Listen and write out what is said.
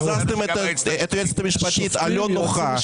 הזזתם את היועצת המשפטית הלא נוחה -- שופטים,